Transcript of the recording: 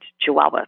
chihuahua